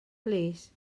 plîs